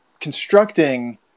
constructing